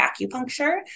acupuncture